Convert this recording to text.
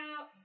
out